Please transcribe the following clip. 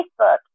Facebook